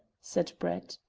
said brett.